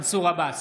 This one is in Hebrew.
מנסור עבאס,